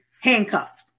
handcuffed